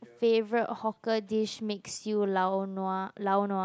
favorite hawker dish makes you lao-nua lao-nua